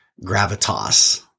gravitas